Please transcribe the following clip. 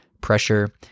pressure